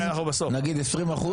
כן, זאת הערת נעמה לזימי על הלוביסטים.